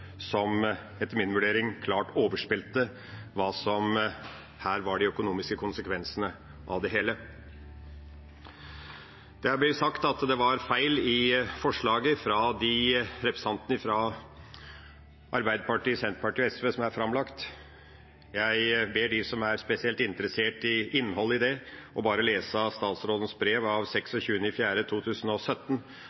som etter min vurdering klart overspilte hva som her var de økonomiske konsekvensene av det hele. Det er blitt sagt at det var feil i forslaget fra representantene fra Arbeiderpartiet, Senterpartiet og SV som er framlagt. Jeg ber dem som er spesielt interessert i innholdet i det, bare å lese statsrådens brev av